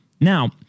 Now